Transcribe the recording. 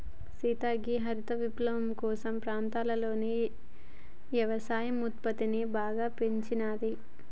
సీత గీ హరిత విప్లవం కొన్ని ప్రాంతాలలో యవసాయ ఉత్పత్తిని బాగా పెంచినాది